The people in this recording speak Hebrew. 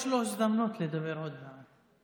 יש לו הזדמנות לדבר עוד מעט.